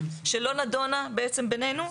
שלא נדונה בעצם בינינו.